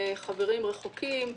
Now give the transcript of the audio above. חברים רחוקים,